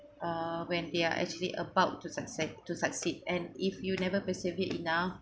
e uh when they are actually about to success to succeed and if you've never persevere enough